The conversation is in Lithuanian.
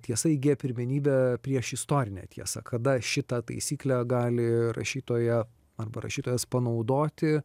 tiesa įgyja pirmenybę prieš istorinę tiesą kada šitą taisyklę gali rašytoja arba rašytojas panaudoti